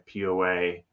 poa